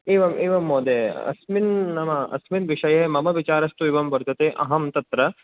एवं एवं महोदय अस्मिन् नाम अस्मिन् विषये मम विचारस्तु एवं वर्तते अहं तत्र